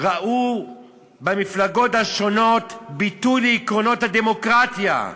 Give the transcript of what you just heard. ראו במפלגות השונות ביטוי לעקרונות הדמוקרטיה.